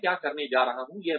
मै क्या करने जा रहा हूँ